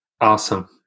Awesome